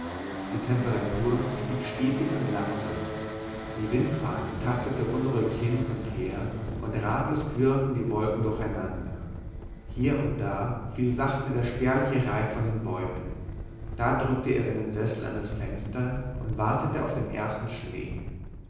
die temperatur stieg stetig und langsam die windfahne tastete unruhig hin und her und ratlos quirlten die wolken durcheinander hier und da fiel sachte der spärliche reif von den bäumen da rückte er seinen sessel an das fenster und wartete auf den ersten schnee